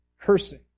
cursing